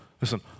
listen